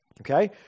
okay